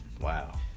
Wow